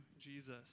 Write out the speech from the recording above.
jesus